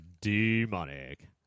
demonic